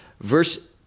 verse